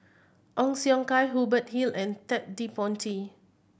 Ong Siong Kai Hubert Hill and Ted De Ponti